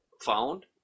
found